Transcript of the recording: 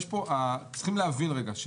צריכים להבין רגע,